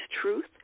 truth